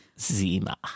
Zima